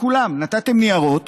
לכולם נתתם ניירות